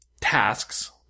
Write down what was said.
tasks